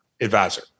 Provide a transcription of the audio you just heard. advisor